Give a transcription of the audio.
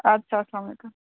اَدٕ سا اسلام علیکُم